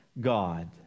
God